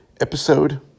episode